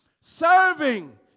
serving